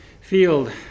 field